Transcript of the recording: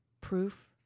proof